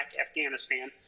Afghanistan